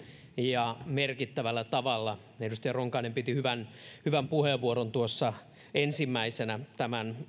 ja merkittävällä tavalla edustaja ronkainen piti hyvän hyvän puheenvuoron tuossa ensimmäisenä tämän